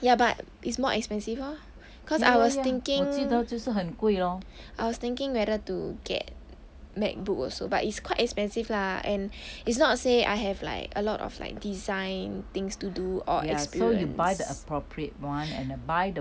ya but it's more expensive lor cause I was thinking I was thinking whether to get macbook also but it's quite expensive lah and it's not say I have like a lot of like design things to do or experience